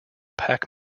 pac